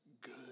good